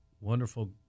wonderful